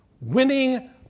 Winning